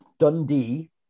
Dundee